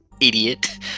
Idiot